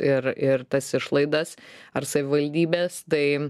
ir ir tas išlaidas ar savivaldybes tai